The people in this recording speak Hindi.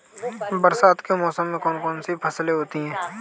बरसात के मौसम में कौन कौन सी फसलें होती हैं?